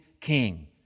king